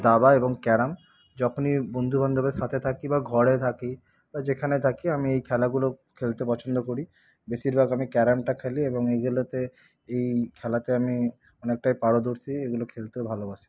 দাবা এবং ক্যারম যখনই বন্ধুবান্ধবের সাথে থাকি বা ঘরে থাকি বা যেখানে থাকি আমি এই খেলাগুলো খেলতে পছন্দ করি বেশিরভাগ আমি ক্যারমটা খেলি এবং এগুলোতে এই খেলাতে আমি অনেকটাই পারদর্শী এগুলো খেলতেও ভালোবাসি